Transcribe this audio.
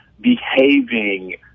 behaving